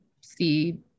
see